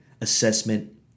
assessment